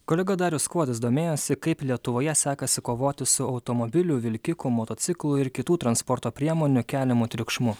kolega darius skuodas domėjosi kaip lietuvoje sekasi kovoti su automobilių vilkikų motociklų ir kitų transporto priemonių keliamu triukšmu